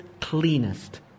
cleanest